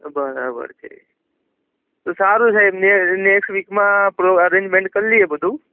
બરાબર છે તો સારું સાહેબ ને નેક્સ્ટ વીકમાં પ્રો અરેન્જમેન્ટ કરી લઇએ બધું